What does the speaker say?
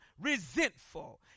resentful